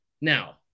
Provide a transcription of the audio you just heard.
Now